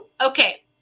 Okay